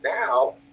now